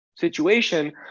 situation